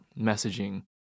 messaging